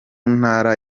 ntara